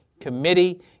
committee